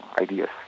ideas